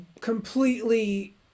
completely